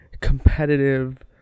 competitive